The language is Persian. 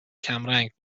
کمرنگ